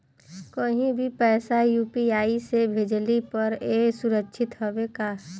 कहि भी पैसा यू.पी.आई से भेजली पर ए सुरक्षित हवे का?